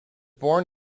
born